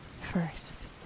First